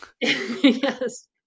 Yes